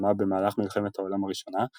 ההסכמה במהלך מלחמת העולם הראשונה,